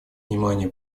внимание